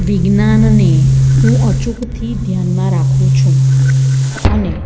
વિજ્ઞાનને હું અચૂકથી ધ્યાનમાં રાખું છું અને